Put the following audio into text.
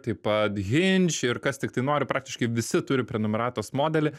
taip pat hinch ir kas tiktai nori praktiškai visi turi prenumeratos modelį